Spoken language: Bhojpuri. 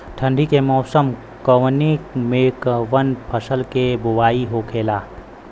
ठंडी के मौसम कवने मेंकवन फसल के बोवाई होखेला?